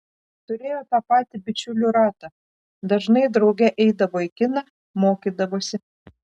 turėjo tą patį bičiulių ratą dažnai drauge eidavo į kiną mokydavosi